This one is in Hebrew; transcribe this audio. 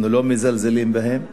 אנחנו לא מזלזלים בהם.